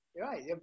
Right